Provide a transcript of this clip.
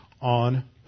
on